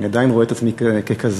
אני עדיין רואה את עצמי ככזה,